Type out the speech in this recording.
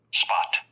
spot